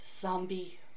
zombie